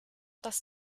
das